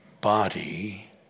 body